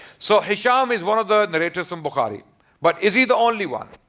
so hishaam is one of the narrator's from bukhari but is he the only one?